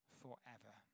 forever